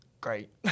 great